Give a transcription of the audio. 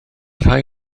rhai